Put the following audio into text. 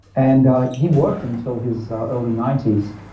and ah he worked until his early nineties,